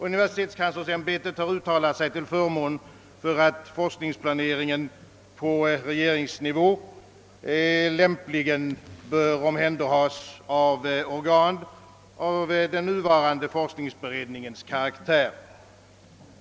Universitetskanslersämbetet har uttalat sig till förmån för att forskningsplaneringen på regeringsnivå lämpligen bör omhänderhas av organ av den nuvarande forskningsberedningens karaktär.